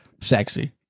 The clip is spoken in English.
Sexy